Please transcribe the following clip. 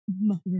Mother